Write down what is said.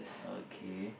okay